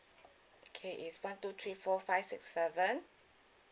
okay is one two three four five six seven